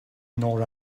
nor